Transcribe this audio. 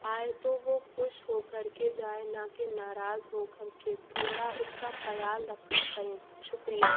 آئے تو وہ خوش ہو کر کے جائے نہ کہ ناراض ہو کر کے تھوڑا اس کا خیال رکھا کریں شکریہ